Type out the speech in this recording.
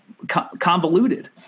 convoluted